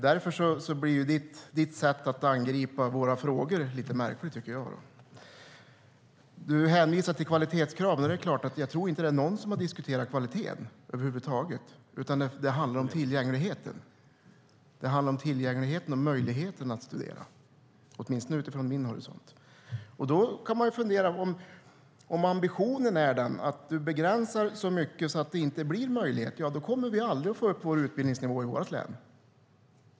Därför blir ditt sätt att angripa våra frågor lite märkligt, tycker jag. Du hänvisar till kvalitetskraven. Jag tror inte att det är någon som har diskuterat kvaliteten över huvud taget, utan det handlar om tillgängligheten och möjligheten att studera, åtminstone utifrån min horisont. Om ambitionen är sådan att du begränsar så mycket att detta inte blir en möjlighet kommer vi aldrig att få upp utbildningsnivån i vårt län.